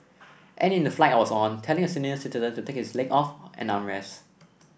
and in the flight I was on telling a senior citizen to take his leg off an armrest